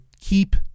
keep